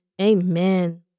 Amen